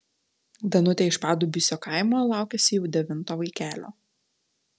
danutė iš padubysio kaimo laukiasi jau devinto vaikelio